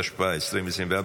התשפ"ה 2024,